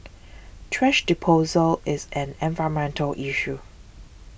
thrash disposal is an environmental issue